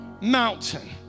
mountain